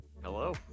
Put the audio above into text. Hello